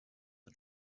the